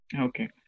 Okay